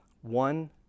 one